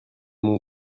mon